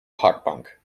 parkbank